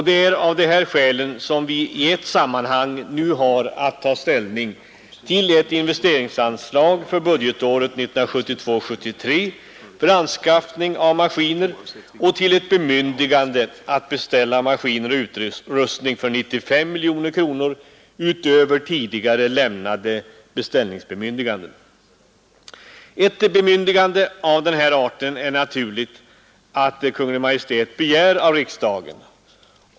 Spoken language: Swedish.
Det är av dessa skäl som vi i ett sammanhang nu har att ta ställning till ett investeringsanslag för budgetåret 1972/73 för anskaffning av maskiner och till ett bemyndigande att beställa maskiner och utrustning för 95 miljoner kronor utöver tidigare lämnade beställningsbemyndiganden. Ett bemyndigande av den här arten är naturligt att Kungl. Maj:t begär av riksdagen.